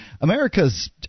America's